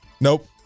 Nope